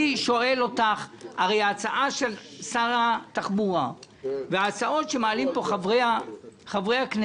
אני שואל אותך: הרי ההצעה של שר התחבורה וההצעות שמעלים פה חברי הכנסת